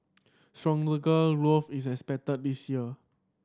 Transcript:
growth is expected this year